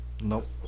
nope